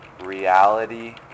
Reality